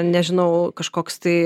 nežinau kažkoks